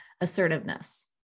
Assertiveness